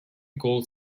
gold